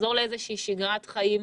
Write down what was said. לחזור לאיזושהי שגרת חיים